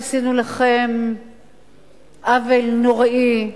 סליחה שעשינו לכם עוול נוראי,